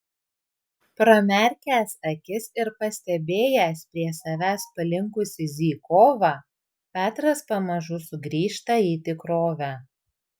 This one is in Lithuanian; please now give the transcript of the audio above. pramerkęs akis ir pastebėjęs prie savęs palinkusį zykovą petras pamažu sugrįžta į tikrovę